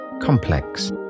complex